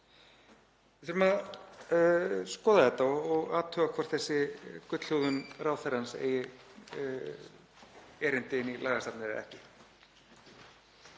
Við þurfum að skoða þetta og athuga hvort þessi gullhúðun ráðherrans eigi erindi inn í lagasafnið eða ekki.